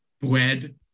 bread